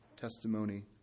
testimony